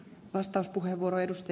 arvoisa puhemies